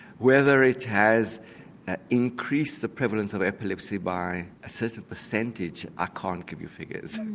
whether it has increased the prevalence of epilepsy by a certain percentage i can't give you figures.